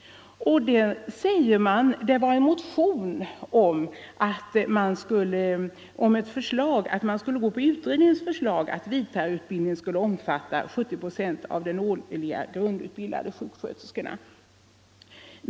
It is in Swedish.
Då hade det väckts en motion om att man skulle följa utredningsförslaget att vidareutbildningen skulle omfatta 70 procent av antalet årligen grundutbildade sjuksköterskor.